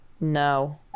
No